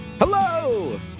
Hello